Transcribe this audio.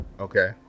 Okay